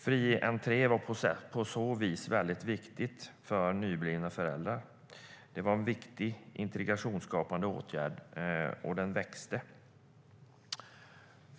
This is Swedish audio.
Fri entré var på så vis väldigt viktigt för nyblivna föräldrar. Det var en viktig integrationsskapande åtgärd, och den växte.